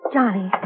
Johnny